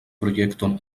projekton